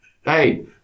Hey